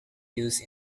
used